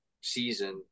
season